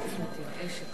בשם ועדת החוקה,